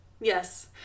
Yes